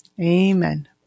Amen